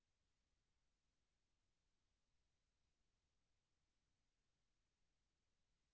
ದಯವಿಟ್ಟು ನನ್ನ ಖಾತೆಯಿಂದ ಹಿಂದಿನ ಐದು ವಹಿವಾಟುಗಳನ್ನು ನನಗೆ ತೋರಿಸಿ